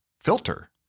filter